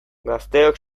gazteok